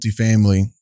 multifamily